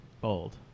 Bold